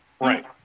Right